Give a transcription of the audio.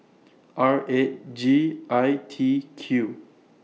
R eight G I T Q